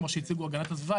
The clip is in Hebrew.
כמו שהציגו הגנת הסביבה,